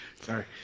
Sorry